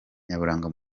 nyaburanga